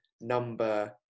Number